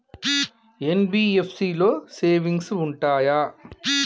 NBFC లో savings ఉంటయా?